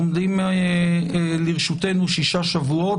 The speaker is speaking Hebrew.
עומדים לרשותנו שישה שבועות,